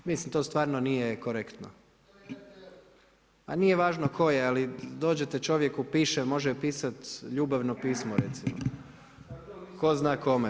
Mislim to stvarno nije korektno. … [[Upadica sa strane, ne razumije se.]] A nije važno tko je, ali dođete čovjeku, može pisati ljubavno pismo recimo, tko zna kome.